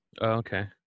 Okay